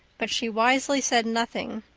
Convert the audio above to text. but she wisely said nothing.